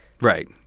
Right